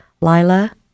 Lila